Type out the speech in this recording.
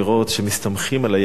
שמסתמכים על היהדות.